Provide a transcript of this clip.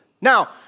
Now